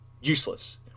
useless